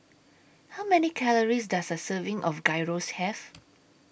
How Many Calories Does A Serving of Gyros Have